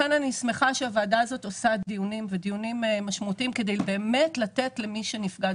אני שמחה שהוועדה הזאת מקיימת דיונים משמעותיים כדי באמת לתת למי שנפגע.